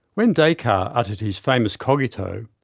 when descartes uttered his famous cogito,